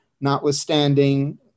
notwithstanding